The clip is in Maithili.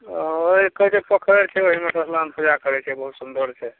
कहै छै पोखैरि छै ओहिमे सँ स्नान पूजा करै छै बहुत सुन्दर छै